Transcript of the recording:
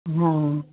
हा